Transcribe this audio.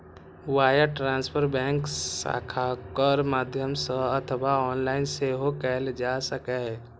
wire transfer bank शाखाक माध्यम सं अथवा ऑनलाइन सेहो कैल जा सकैए